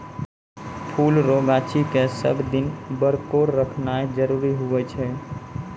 फुल रो गाछी के सब दिन बरकोर रखनाय जरूरी हुवै छै